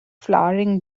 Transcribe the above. flowering